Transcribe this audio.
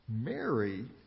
Mary